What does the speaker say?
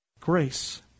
grace